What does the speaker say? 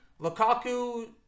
Lukaku